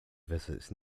visits